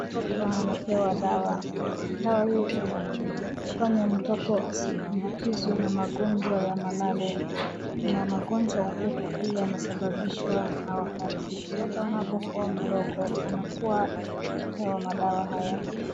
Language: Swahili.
Mtoto anapewa dawa. Dawa hii inafanya mtoto asiambukizwe na magonjwa ya malale. Kuna magonjwa ya upepo pia yanasababishwa na wakati mtoto anapokuwa mdogo anakuwa akipewa madawa haya.